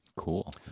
cool